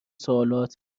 سوالات